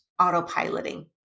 autopiloting